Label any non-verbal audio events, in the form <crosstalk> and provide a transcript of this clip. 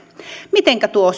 mitenkä tuo <unintelligible>